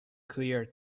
clear